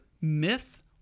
Myth